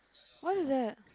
what it is that